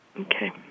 Okay